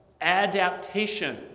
adaptation